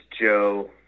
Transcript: Joe